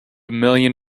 million